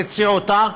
הציעו אותה,